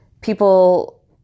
people